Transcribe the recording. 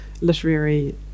literary